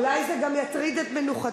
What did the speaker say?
אולי זה גם יטריד את מנוחתך.